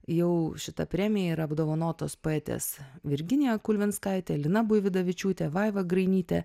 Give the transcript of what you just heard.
jau šita premija yra apdovanotos poetės virginija kulvinskaitė lina buividavičiūtė vaiva grainytė